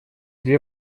две